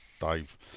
Dave